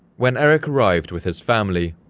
when erik arrived with his family,